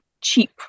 cheap